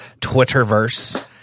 Twitterverse